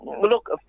look